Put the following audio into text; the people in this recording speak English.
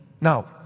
Now